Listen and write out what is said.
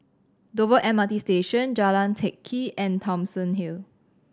Dover M R T Station Jalan Teck Kee and Thomson Hill